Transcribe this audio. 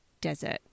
Desert